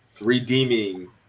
redeeming